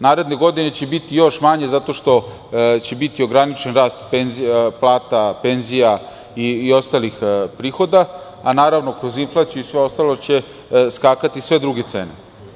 Naredne godine će bitijoš manje, zato što će biti ograničen rast plata, penzija i ostalih prihoda, a naravno, kroz inflaciju i sve ostalo će skakati, sve druge cene.